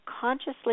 consciously